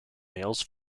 males